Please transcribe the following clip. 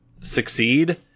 succeed